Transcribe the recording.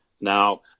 now